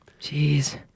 Jeez